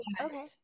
okay